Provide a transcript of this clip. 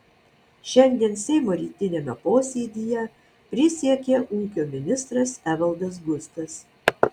šiandien seimo rytiniame posėdyje prisiekė ūkio ministras evaldas gustas